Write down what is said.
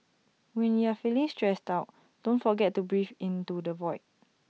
when you are feeling stressed out don't forget to breathe into the void